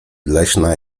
leśna